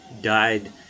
died